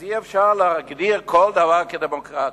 אז אי-אפשר להגדיר כל דבר כדמוקרטיה.